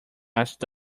iced